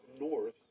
north